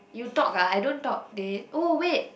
you talk ah I don't talk they oh wait